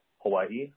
Hawaii